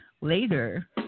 later